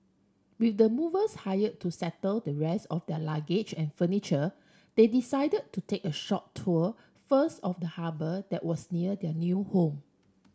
with the movers hire to settle the rest of the luggage and furniture they decided to take a short tour first of the harbour that was near their new home